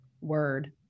word